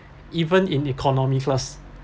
even in economy class